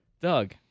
Doug